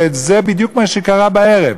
וזה בדיוק מה שקרה בערב.